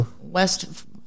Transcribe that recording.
west